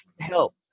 help